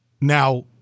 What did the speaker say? Now